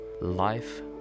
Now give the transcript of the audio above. life